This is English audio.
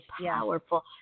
powerful